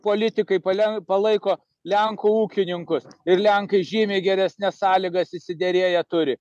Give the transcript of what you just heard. politikai pale palaiko lenkų ūkininkus ir lenkai žymiai geresnes sąlygas išsiderėję turi